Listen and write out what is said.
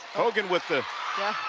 hogan with the yeah.